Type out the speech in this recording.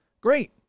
great